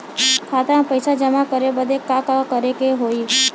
खाता मे पैसा जमा करे बदे का करे के होई?